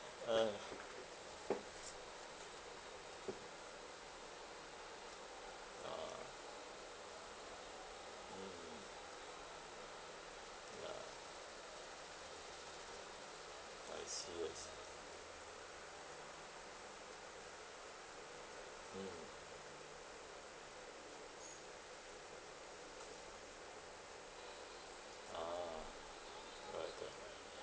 ah ah mm ah I see I see mm a'ah correct correct